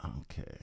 Okay